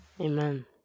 amen